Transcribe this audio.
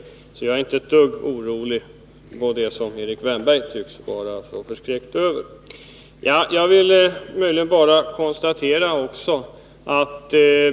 Jag är därför inte ett dugg orolig för det som Erik Wärnberg tycks vara så förskräckt över.